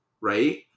right